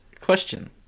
question